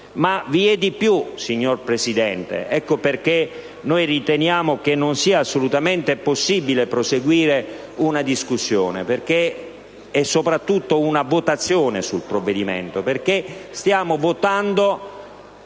Ma vi è di più, signor Presidente. Noi riteniamo che non sia assolutamente possibile proseguire una discussione e soprattutto procedere a una votazione del provvedimento, perché stiamo votando